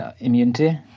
immunity